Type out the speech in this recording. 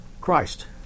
Christ